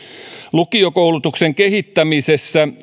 lukiokoulutuksen kehittämisessä